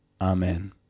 Amen